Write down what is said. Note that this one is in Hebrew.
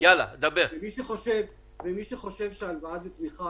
ומי שחושב שהלוואה זה תמיכה,